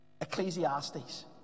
Ecclesiastes